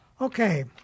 Okay